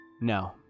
No